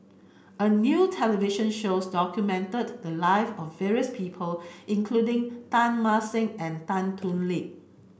a new television shows documented the live of various people including Teng Mah Seng and Tan Thoon Lip